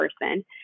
person